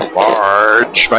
large